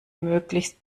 möglichst